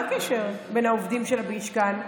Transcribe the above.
מה הקשר בין העובדים של המשכן?